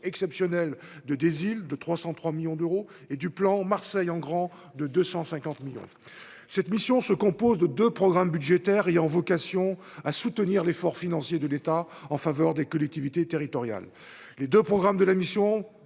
exceptionnelle de des îles de 303 millions d'euros et du plan, Marseille en grand de 250 millions cette mission se compose de 2 programmes budgétaires ayant vocation à soutenir l'effort financier de l'État en faveur des collectivités territoriales, les 2 programmes de la mission